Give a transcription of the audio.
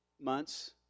months